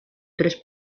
tres